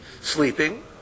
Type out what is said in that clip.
sleeping